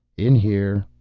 in here.